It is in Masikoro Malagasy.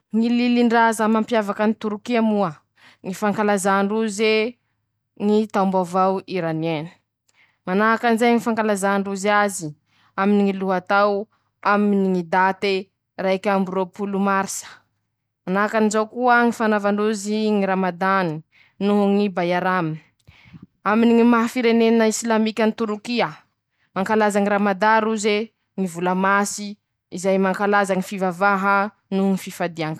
Ñy lilindraza mampiavaky any Torokia moa: ñy fankalazà ndroze, ñy taombaovao iranien, manahakan'izay ñy fankalazà ndrozy azy, aminy ñy lohatao, aminy ñy date raik'amby roapolo marisa, manakan'izao koa ñy fanaova ndrozy ñy ramadany no ñy bairamy, aminy ñy maha firenena isilamika any torokia, mankalaza ñy ramadà roze ñy vola masy, izay mankalaza ñy fivavaha noho ñy fifalia.